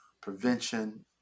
prevention